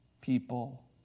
people